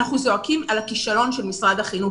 אנחנו זועקים על הכישלון של משרד החינוך.